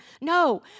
No